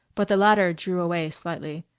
but the latter drew away slightly.